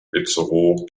itzehoe